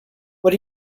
what